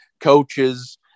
coaches